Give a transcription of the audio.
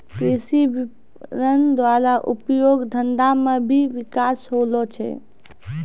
कृषि विपणन द्वारा उद्योग धंधा मे भी बिकास होलो छै